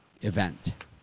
event